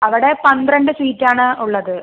അവിടെ പന്ത്രണ്ട് സീറ്റ് ആണ് ഉള്ളത്